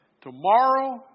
Tomorrow